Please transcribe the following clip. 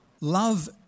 Love